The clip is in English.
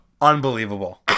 Unbelievable